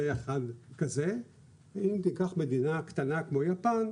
ואחד כזה ואם תיקח מדינה קטנה כמו יפן,